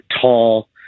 tall